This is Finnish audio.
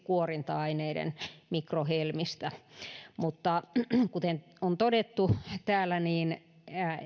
kuorinta aineiden mikrohelmistä mutta kuten on todettu täällä niin